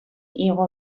igo